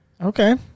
Okay